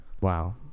Wow